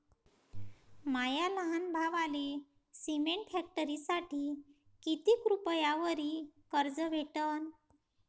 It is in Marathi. माया लहान भावाले सिमेंट फॅक्टरीसाठी कितीक रुपयावरी कर्ज भेटनं?